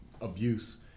abuse